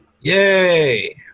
Yay